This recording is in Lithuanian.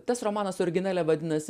tas romanas originale vadinasi